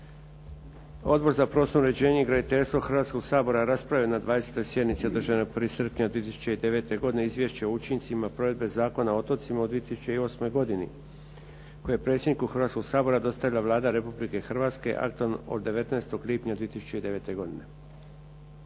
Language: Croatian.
Odbor za prostorno uređenje i graditeljstvo Hrvatskoga sabora raspravio je na 20. sjednici održanoj 1. srpnja 2009. godine Izvješće o učincima provedbe Zakona o otocima u 2008. godini koje je predsjedniku Hrvatskoga sabora dostavila Vlada Republike Hrvatske aktom od 19. lipnja 2009. godine.